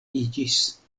iĝis